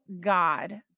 God